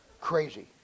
Crazy